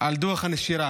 על דוח הנשירה.